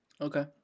Okay